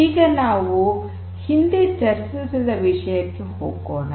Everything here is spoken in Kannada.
ಈಗ ನಾವು ಹಿಂದೆ ಚರ್ಚಿಸುತ್ತಿದ್ದ ವಿಷಯಕ್ಕೆ ಹೋಗೋಣ